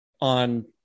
on